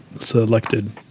selected